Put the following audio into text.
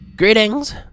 Greetings